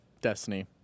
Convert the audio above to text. Destiny